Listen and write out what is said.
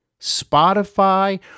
Spotify